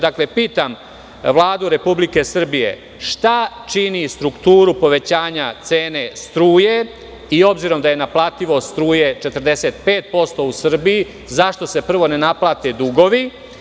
Dakle, pitam Vladu Republike Srbije – šta čini strukturu povećanja cene struje i obzirom da je naplativost struje 45% u Srbiji, zašto se prvo ne naplate dugovi?